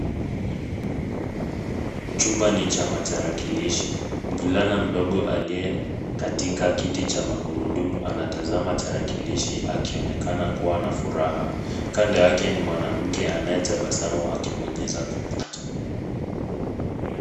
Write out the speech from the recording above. Chumba ni cha matarakilishi. Mvulana mdogo aliye katika kiti cha magurudumu anatazama tarakilishi akionekana kuwa na furaha. Kando yake ni mwanamke anayetabasamu akibonyeza kompyuta.